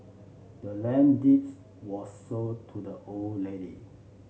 the land deeds was sold to the old lady